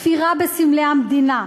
הכפירה בסמלי המדינה,